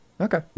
okay